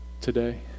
today